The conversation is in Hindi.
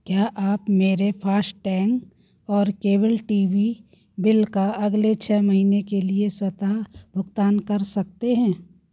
क्या आप मेरे फास्टैग और केबल टी वी बिल का अगले छः महीनों के लिए स्वतः भुगतान कर सकते हैं